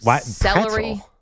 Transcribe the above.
celery